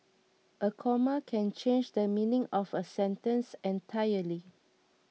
a comma can change the meaning of a sentence entirely